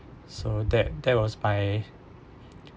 so that that was my